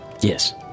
Yes